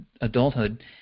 adulthood